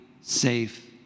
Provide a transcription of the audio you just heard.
safe